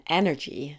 energy